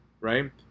Right